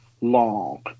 Long